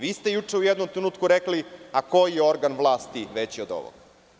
Vi ste juče u jednom trenutku rekli, a koji organ vlasti je veći od ovoga?